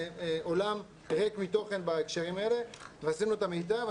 זה עולם ריק מתוכן בהקשרים האלה ועשינו את המיטב.